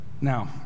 Now